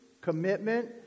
commitment